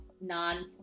non-